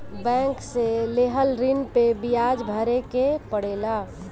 bank से लेहल ऋण पे बियाज भरे के पड़ेला